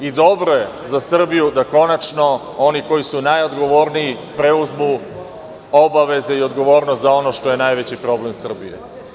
Dobro je za Srbiju da, konačno, oni koji su najodgovorniji preuzmu obaveze i odgovornost za ono što je najveći problem Srbije.